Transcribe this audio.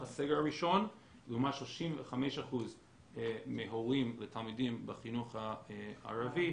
הסגר הראשון לעומת 35% מהורים לתלמידים בחינוך הערבי